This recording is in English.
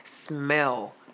smell